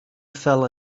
fell